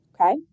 okay